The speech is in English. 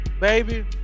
baby